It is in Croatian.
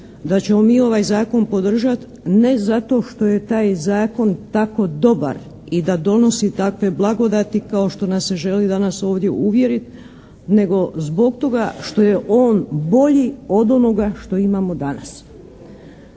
da ćemo mi ovaj Zakon podržati ne zato što je taj Zakon tako dobar i da donosi takve blagodati kao što nas se želi danas ovdje uvjeriti nego zbog toga što je on bolji od onoga što imamo danas.